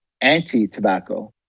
anti-tobacco